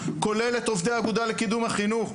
כולל את עובדי האגודה לקידום החינוך.